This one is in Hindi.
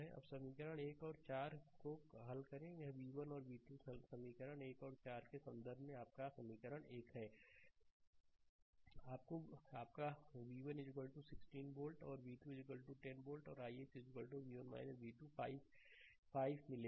अब समीकरण 1 और 4 को हल करें यह v1 और v2 हल समीकरण 1 और 4 के संदर्भ में आपका समीकरण एक है स्लाइड समय देखें 2454 आपको आपका v1 16 वोल्टऔर v2 10 वोल्ट और ix v1 v2 5 मिलेगा